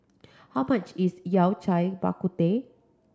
how much is Yao Cai Bak Kut Teh